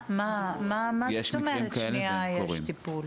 מה זאת אומרת "שנייה, יש טיפול"?